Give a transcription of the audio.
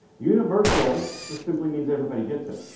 universal just simply means everybody get it.